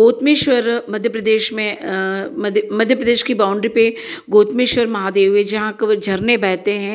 गोतमेश्वर मध्य प्रदेश में मध्य मध्य प्रदेश की बाउंड्री पर गोतमेश्वर महादेव है जहाँ केव झरने बहते हैं